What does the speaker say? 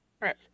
Right